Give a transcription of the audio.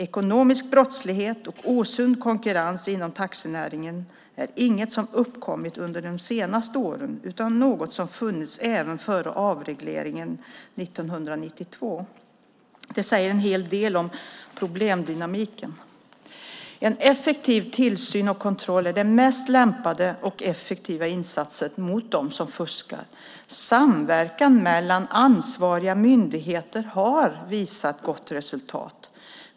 Ekonomisk brottslighet och osund konkurrens inom taxinäringen är inget som uppkommit under de senaste åren utan något som funnits även före avregleringen år 1992. Det säger en hel del om problemdynamiken. En effektiv tillsyn och kontroll är den mest lämpade och effektiva insatsen mot dem som fuskar. Samverkan mellan ansvariga myndigheter har visat gott resultat.